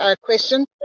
question